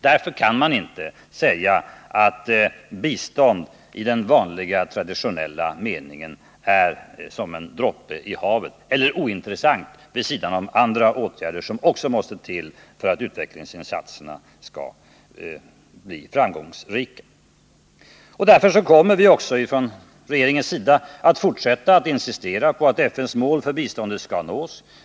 Därför kan man inte påstå att bistånd i den vanliga traditionella meningen är som en droppe i havet eller ointressant vid sidan om andra åtgärder som också måste till för att utvecklingsinsatserna skall bli framgångsrika. Därför kommer vi också från regeringens sida att fortsätta att insistera på att FN:s mål för biståndet skall nås.